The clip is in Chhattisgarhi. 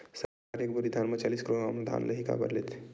सरकार एक बोरी धान म चालीस किलोग्राम धान ल ही काबर लेथे?